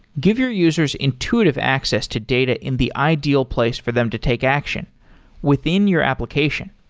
give your users intuitive access to data in the ideal place for them to take action within your application.